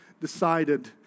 decided